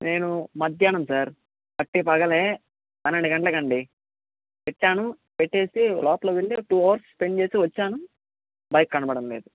నేను మధ్యానం సార్ పట్ట పగలే పన్నెండు గంటలండి పెట్టాను పెట్టేసి లోపలికి వెళ్ళి టు హావర్స్ స్పెండ్ చేసి వచ్చాను బైక్ కనపడంలేదు